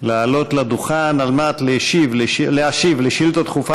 לעלות לדוכן על מנת להשיב על שאילתה דחופה